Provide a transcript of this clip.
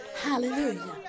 Hallelujah